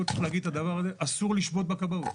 אסור לשבות בכבאות.